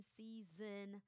season